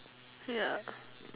ya